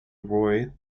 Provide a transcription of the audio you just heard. roy